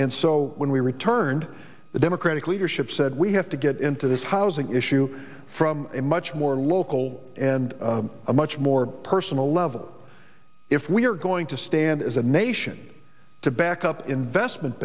and so when we returned the democratic leadership said we have to get into this housing issue from a much more local and a much more personal level if we're going to stand as a nation to back up investment